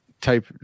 type